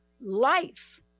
life